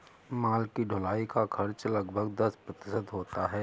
माल की ढुलाई का खर्च लगभग दस प्रतिशत होता है